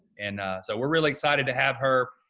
and so we're really excited to have her.